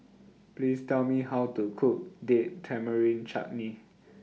Please Tell Me How to Cook Date Tamarind Chutney